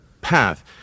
path